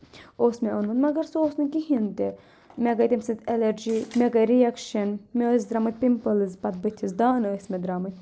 اوس مےٚ اوٚنمُت مگر سُہ اوس نہٕ کِہیٖنۍ تہِ مےٚ گٔے تمہِ سۭتۍ ایلَرجی مےٚ گٔے رِیَکشَن مےٚ ٲسۍ درٛامٕتۍ پِمپلٕز پَتہٕ بٕتھِس دانہٕ ٲسۍ مےٚ درٛامٕتۍ